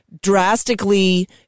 drastically